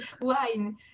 wine